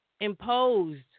imposed